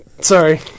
sorry